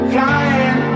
Flying